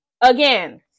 Again